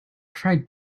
tried